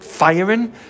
Firing